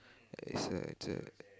uh it's a it's a